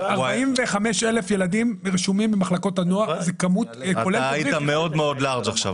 45,000 ילדים רשומים במחלקות הנוער --- אתה היית מאוד לארג' עכשיו.